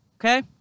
Okay